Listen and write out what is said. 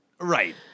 right